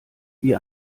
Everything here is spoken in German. wie